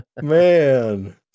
man